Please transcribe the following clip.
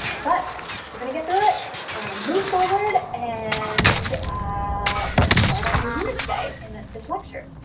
but we're gonna get through it. we're gonna move forward, and we're gonna start our new unit today in this lecture.